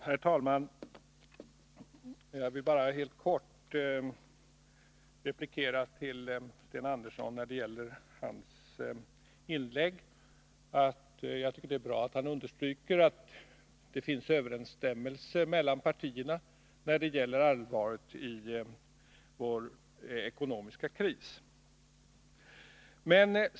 Herr talman! Jag vill till att börja med helt kortfattat replikera på Sten Anderssons inlägg. Jag tycker att det är bra att Sten Andersson understryker att det finns överensstämmelse mellan partierna när det gäller allvaret i vår ekonomiska ” kris.